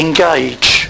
Engage